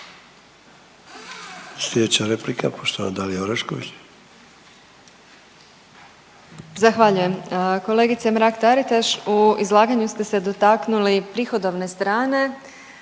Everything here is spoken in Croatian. Sljedeća replika, poštovana Dalija Orešković.